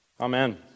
Amen